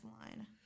line